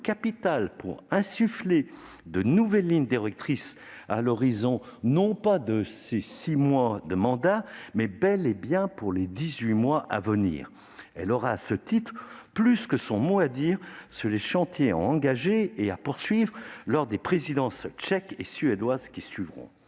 pour définir de nouvelles lignes directrices, non pas seulement à l'horizon de ses six mois de mandat, mais bel et bien pour les dix-huit mois à venir. Elle aura, à ce titre, plus que son mot à dire sur les chantiers à engager et à poursuivre lors des présidences tchèque et suédoise, qui suivront.